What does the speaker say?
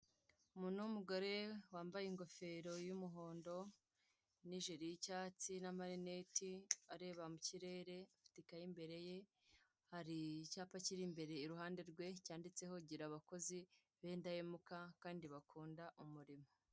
Umuntu w'umugore w'ambaye ingofero y'umuhondo n'ijiri y'icyatsi n'amarineti areba mu kirere afite ikayi imbereye hari icyapa kiri imbere iruhande rwe cyanditseho gira abakozi bindahemuka kandi bakunda umurimo.